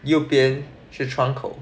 右边是窗口